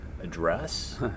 address